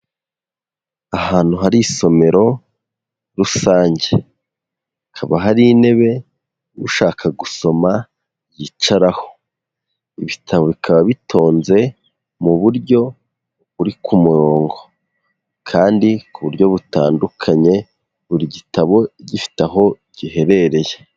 Ahantu hari isomero rusange, haba hari intebe ushaka gusoma yicaraho, ibitabo bikaba bitonze mu buryo buri ku murongo kandi ku buryo butandukanye, buri gitabo gifite aho giherereye.